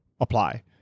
apply